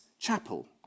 chapel